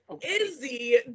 izzy